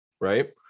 right